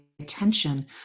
attention